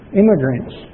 immigrants